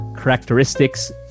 Characteristics